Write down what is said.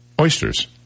Oysters